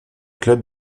clubs